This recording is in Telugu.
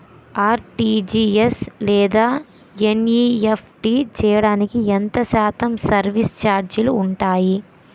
ఆర్.టీ.జీ.ఎస్ లేదా ఎన్.ఈ.ఎఫ్.టి చేయడానికి ఎంత శాతం సర్విస్ ఛార్జీలు ఉంటాయి?